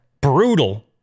Brutal